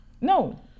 no